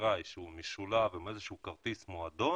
אשראי שהוא משולב עם איזשהו כרטיס מועדון,